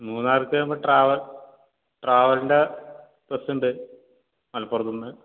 മൂന്നാർക്ക് മ്ടെ ട്രാവൽ ട്രാവൽൻ്റെ ബസ്സ്ണ്ട് മലപ്പുറത്തൂന്ന്